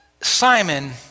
Simon